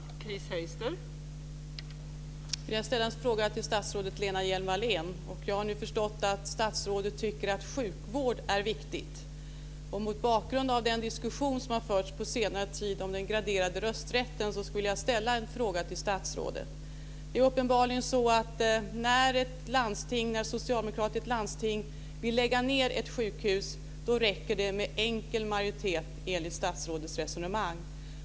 Fru talman! Jag vill ställa en fråga till statsrådet Lena Hjelm-Wallén. Jag har nu förstått att statsrådet tycker att sjukvård är viktigt. Mot bakgrund av den diskussion som har förts på senare tid om den graderade rösträtten skulle jag vilja ställa en fråga till statsrådet. Det är uppenbarligen så att när ett socialdemokratiskt styrt landsting vill lägga ned ett sjukhus räcker det med enkel majoritet, enligt statsrådets resonemang.